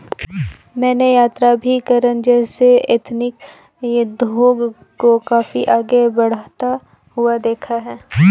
मैंने यात्राभिकरण जैसे एथनिक उद्योग को काफी आगे बढ़ता हुआ देखा है